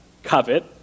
covet